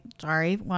sorry